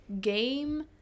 game